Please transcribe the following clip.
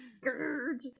Scourge